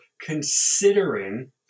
considering